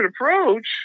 approach